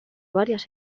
varias